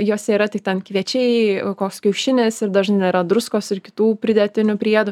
juose yra tik ten kviečiai koks kiaušinis ir dažnai nėra druskos ir kitų pridėtinių priedų